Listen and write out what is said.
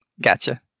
Gotcha